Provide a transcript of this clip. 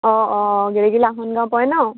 অঁ অঁ গেলেকী লাহন গাঁও পৰে ন